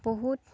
বহুত